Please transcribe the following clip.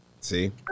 See